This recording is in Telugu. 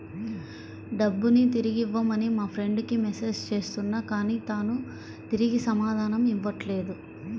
డబ్బుని తిరిగివ్వమని మా ఫ్రెండ్ కి మెసేజ్ చేస్తున్నా కానీ తాను తిరిగి సమాధానం ఇవ్వట్లేదు